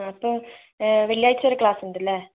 അപ്പൊൾ വെള്ളിയാഴ്ച വരെ ക്ലാസ്സുണ്ടല്ലേ